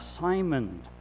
Simon